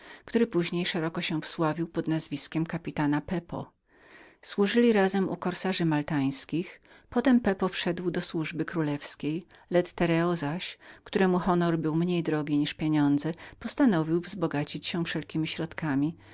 który później szeroko się wsławił pod nazwiskiem kapitana pepo służyli razem u korsarzy maltańskich później pepo wszedł do służby królewskiej lettrereo zaś któremu konorhonor był mniej drogim jak pieniądze postanowił zbogacić się wszelkiemi środkami